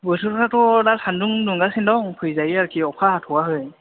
बोथोरफ्राथ' दा सान्दुं दुंगासिनो दं फैजायो आरोखि अखा हाथ'आखै